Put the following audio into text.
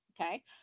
Okay